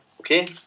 okay